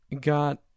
got